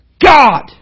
God